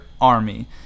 army